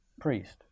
priest